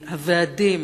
הוועדים,